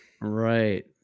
Right